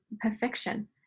perfection